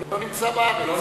הוא לא נמצא בארץ.